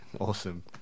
Awesome